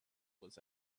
was